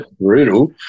Brutal